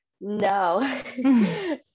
No